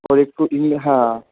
ওর একটু ই হ্যাঁ